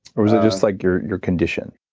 or just like your your condition?